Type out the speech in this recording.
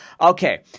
okay